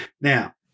Now